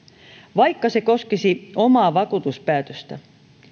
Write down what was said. vaikka se koskisi omaa vakuutuspäätöstä